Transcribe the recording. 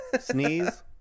Sneeze